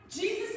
Jesus